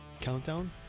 countdown